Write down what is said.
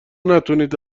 نتوانید